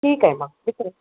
ठीक आहे मग